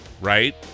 right